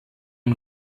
ein